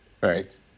right